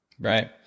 Right